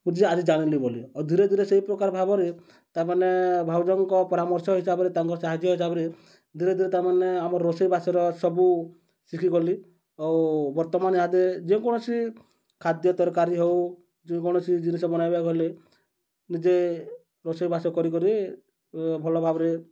ବୁଝି ଆଜି ଜାଣିଲି ବୋଲି ଆଉ ଧୀରେ ଧୀରେ ସେହି ପ୍ରକାର ଭାବରେ ତା'ମାନେ ଭାଉଜଙ୍କ ପରାମର୍ଶ ହିସାବରେ ତାଙ୍କ ସାହାଯ୍ୟ ହିସାବରେ ଧୀରେ ଧୀରେ ତା'ମାନେ ଆମ ରୋଷେଇବାସର ସବୁ ଶିଖିଗଲି ଆଉ ବର୍ତ୍ତମାନ ଏହା ଯେକୌଣସି ଖାଦ୍ୟ ତରକାରୀ ହଉ ଯେକୌଣସି ଜିନିଷ ବନାଇବାକୁ ହେଲେ ନିଜେ ରୋଷେଇବାସ କରି ଭଲ ଭାବରେ